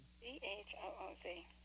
C-H-O-O-Z